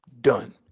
done